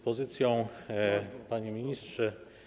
Panie Ministrze!